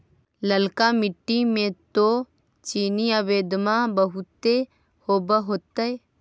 ललका मिट्टी मे तो चिनिआबेदमां बहुते होब होतय?